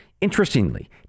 Interestingly